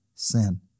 sin